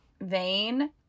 vein